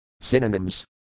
Synonyms